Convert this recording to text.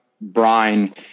brine